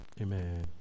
Amen